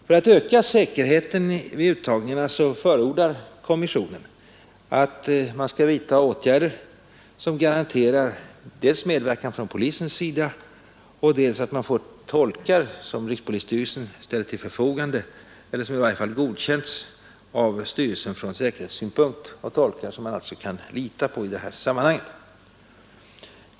För att öka säkerheten vid uttagningarna förordar kommissionen att åtgärder vidtas som garanterar medverkan dels från polisens sida, dels av tolkar som rikspolisstyrelsen ställer till förfogande eller som i vart fall godkänts av äkerhetssynpunkt.